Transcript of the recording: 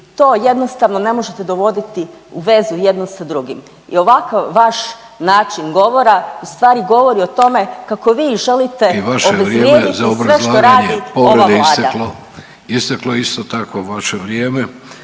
To jednostavno ne možete dovoditi u vezu jedno sa drugim. I ovakav vaš način govora ustvari govori o tome kako vi želite obezvrijediti …/Upadica: I vaše vrijeme za obrazlaganje povrede je isteklo./… sve